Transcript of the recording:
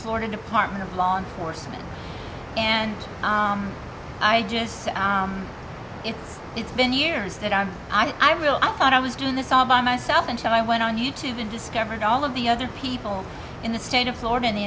florida department of law enforcement and i just it's it's been years that i'm i will i thought i was doing this all by myself until i went on you tube and discovered all of the other people in the state of florida in the